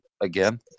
again